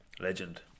Legend